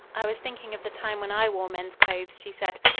i was thinking of the time when i wore men's clothes, she said.